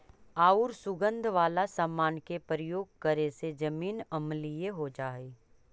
आउ सुगंध वाला समान के प्रयोग करे से जमीन अम्लीय हो जा हई